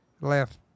left